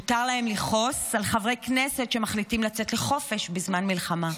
מותר להם לכעוס על חברי כנסת שמחליטים לצאת לחופשה בזמן מלחמה.